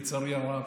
לצערי הרב,